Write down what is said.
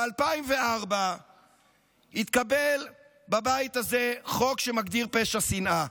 ב-2004 התקבל בבית הזה חוק שמגדיר פשע שנאה.